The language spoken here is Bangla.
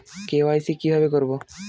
কে.ওয়াই.সি কিভাবে করব?